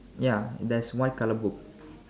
ya there's white colour book